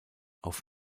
auf